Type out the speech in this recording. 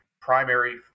primary